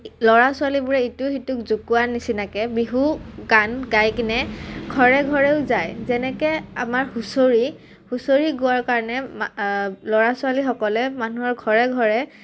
ল'ৰা ছোৱালীবোৰে ইটো সিটোক জোকোৱা নিচিনাকৈ বিহু গান গাই কিনে ঘৰে ঘৰেও যায় যেনেকৈ আমাৰ হুঁচৰি হুঁচৰি গোৱাৰ কাৰণে ল'ৰা ছোৱালীসকলে মানুহৰ ঘৰে ঘৰে